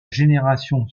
génération